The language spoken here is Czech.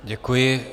Děkuji.